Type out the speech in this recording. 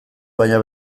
baina